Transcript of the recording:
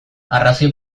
arrazoi